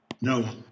No